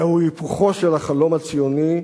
זהו היפוכו של החלום הציוני,